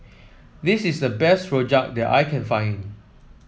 this is the best rojak that I can find